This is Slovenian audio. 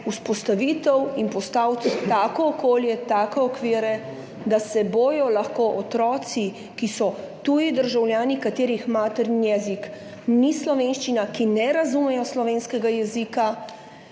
vzpostaviti in postaviti tako okolje, take okvire, da se bodo lahko otroci, ki so tuji državljani, katerih materni jezik ni slovenščina, ki ne razumejo slovenskega jezika,